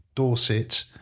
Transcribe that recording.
Dorset